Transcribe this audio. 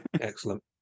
excellent